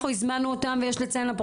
הזמנו אותם, הם נמצאים?